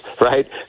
right